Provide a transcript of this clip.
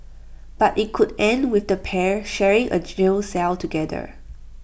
but IT could end with the pair sharing A jail cell together